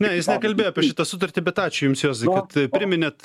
ne jis nekalbėjo apie šitą sutartį bet ačiū jums juozai kad priminėt